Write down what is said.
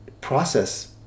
process